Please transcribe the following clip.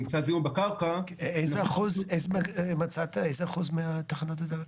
נמצא זיהום בקרקע --- איזה אחוז מהתחנות הדלק?